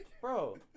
bro